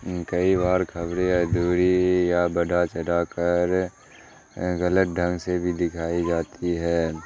کئی بار خبریں ادھوری یا بڑھا چڑھا کر غلط ڈھنگ سے بھی دکھائی جاتی ہیں